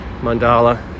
mandala